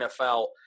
NFL